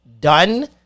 done